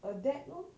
adapt lor